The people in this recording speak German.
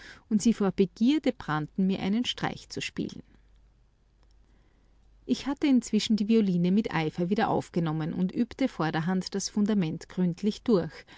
und sie vor begierde brannten mir einen streich zu spielen ich hatte inzwischen die violine mit eifer wieder aufgenommen und übte vorderhand das fundament gründlich durch